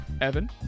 Evan